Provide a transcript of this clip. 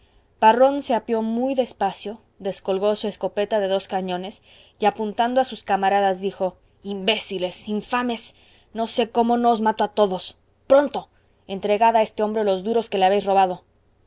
parrón se apeó muy despacio descolgó su escopeta de dos cañones y apuntando a sus camaradas dijo imbéciles infames no sé cómo no os mato a todos pronto entregad a este hombre los duros que le habéis robado